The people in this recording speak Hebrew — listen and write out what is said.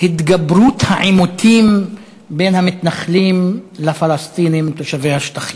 "התגברות העימותים בין המתנחלים לפלסטינים תושבי השטחים"